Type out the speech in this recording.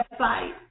website